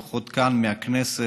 לפחות כאן מהכנסת,